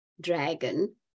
dragon